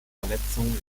verletzungen